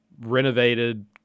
renovated